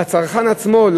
לצרכן עצמו,